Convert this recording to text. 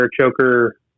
choker